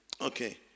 Okay